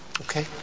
Okay